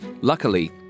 Luckily